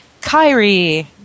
Kyrie